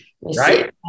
right